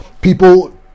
people